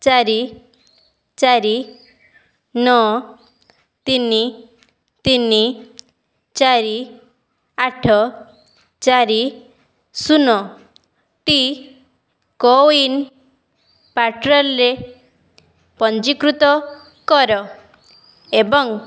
ଚାରି ଚାରି ନଅ ତିନି ତିନି ଚାରି ଆଠ ଚାରି ଶୂନ ଟି କୋୱିନ୍ ପୋର୍ଟାଲରେ ପଞ୍ଜୀକୃତ କର ଏବଂ